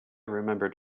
remembered